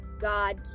God